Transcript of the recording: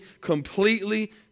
completely